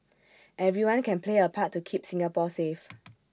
everyone can play A part to keep Singapore safe